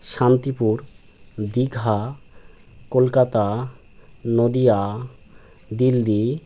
Shantipur Digha Kolkata Nadia Delhi